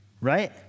right